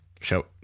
show